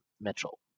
Mitchell